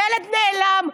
ילד נעלם,